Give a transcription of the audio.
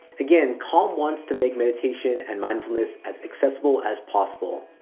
again, calm wants to make meditation and mindfulness as accessible as possible.